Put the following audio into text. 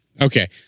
Okay